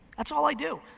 that's all i do.